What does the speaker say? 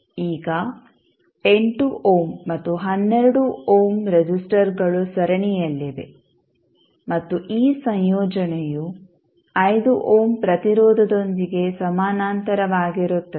ಈಗ 8 ಓಮ್ ಮತ್ತು 12 ಓಮ್ ರೆಸಿಸ್ಟರ್ಗಳು ಸರಣಿಯಲ್ಲಿವೆ ಮತ್ತು ಈ ಸಂಯೋಜನೆಯು 5 ಓಮ್ ಪ್ರತಿರೋಧದೊಂದಿಗೆ ಸಮಾನಾಂತರವಾಗಿರುತ್ತದೆ